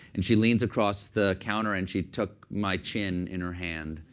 and she leans across the counter. and she took my chin in her hand.